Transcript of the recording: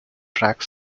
track